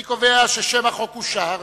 אני קובע ששם החוק אושר,